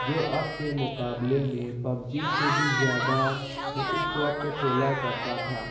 جو اب کے مقابلے میں پبجی سے بھی زیادہ اس وقت کھیلا کرتا تھا